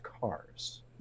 cars